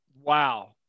Wow